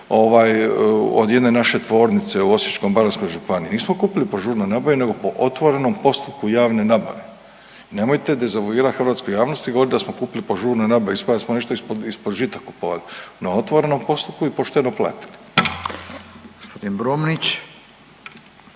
od jedne naše tvornice u Osječko-baranjskoj županiji. Nismo kupili po žurnoj nabavi nego po otvorenom postupku javne nabave. Nemojte dezavuirat hrvatsku javnost i govorit da smo kupili po žurnoj nabavi ispada da smo nešto ispod žita kupovali, na otvorenom postupku i pošteno platili.